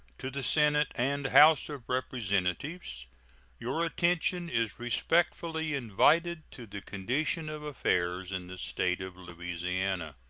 to the senate and house of representatives your attention is respectfully invited to the condition of affairs in the state of louisiana.